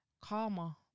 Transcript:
karma